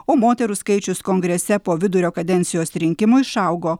o moterų skaičius kongrese po vidurio kadencijos rinkimų išaugo